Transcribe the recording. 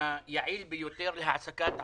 היעיל ביותר להעסקת ערבים,